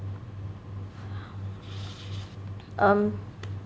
um